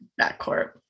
backcourt